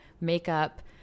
makeup